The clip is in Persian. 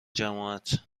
جماعت